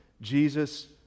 Jesus